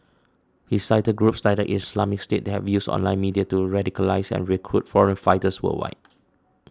he cited groups like the Islamic State that have used online media to radicalise and recruit foreign fighters worldwide